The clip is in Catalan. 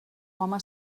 home